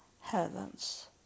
heavens